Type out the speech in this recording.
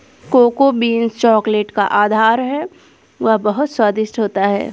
cocoa beans chocolate का आधार है वह बहुत स्वादिष्ट होता है